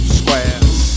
squares